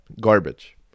garbage